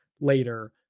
later